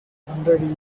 hundred